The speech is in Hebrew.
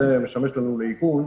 שזה משמש לנו לאיכון,